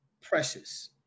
precious